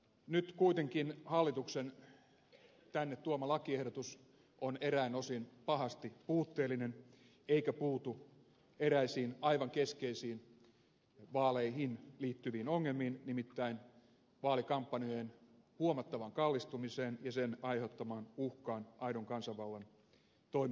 nyt kuitenkin hallituksen tänne tuoma lakiehdotus on eräin osin pahasti puutteellinen eikä puutu eräisiin aivan keskeisiin vaaleihin liittyviin ongelmiin nimittäin vaalikampanjojen huomattavaan kallistumiseen ja sen aiheuttamaan uhkaan aidon kansanvallan toimivuudelle